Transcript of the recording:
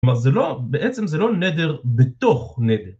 זאת אומרת בעצם זה לא נדר בתוך נדר.